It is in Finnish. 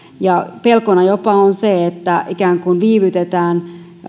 ja pelkona on jopa se että ikään kuin viivytetään